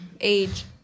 age